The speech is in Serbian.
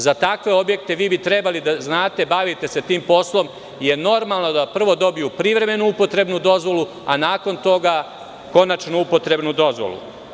Za takve objekte vi bi trebali da znate, bavite se tim poslom i normalno je da prvo dobiju privremenu upotrebnu dozvolu, a nakon toga konačnu upotrebnu dozvolu.